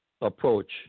approach